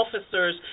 officers